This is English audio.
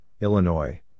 Illinois